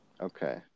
Okay